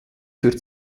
für